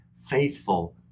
faithful